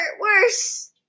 worse